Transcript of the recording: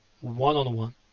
one-on-one